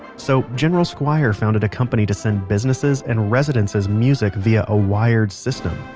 so general squier founded a company to send businesses and residences music via a a wired system.